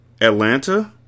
Atlanta